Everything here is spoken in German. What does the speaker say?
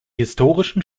historischen